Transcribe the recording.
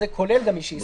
זה כולל גם מי שהוא הסמיך.